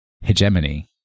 hegemony